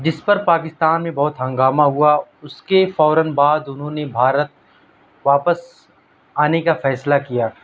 جس پر پاکستان میں بہت ہنگامہ ہوا اس کے فوراً بعد انہوں نے بھارت واپس آنے کا فیصلہ کیا